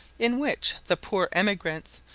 in which the poor emigrants,